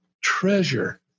treasure